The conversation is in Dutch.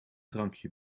drankje